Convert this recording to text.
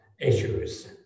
issues